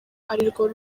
arirwo